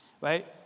Right